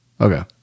Okay